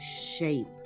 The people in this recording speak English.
shape